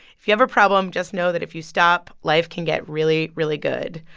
if you have a problem, just know that if you stop, life can get really, really good.